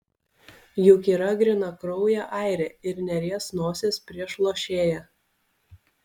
juk yra grynakraujė airė ir neries nosies prieš lošėją